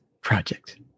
Project